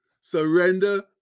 Surrender